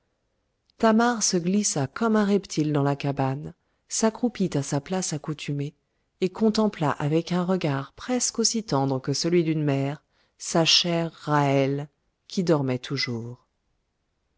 se glissa comme un reptile dans la cabane s'accroupit à sa place accoutumée et contempla avec un regard presque aussi tendre que celui d'une mère sa chère ra'hel qui dormait toujours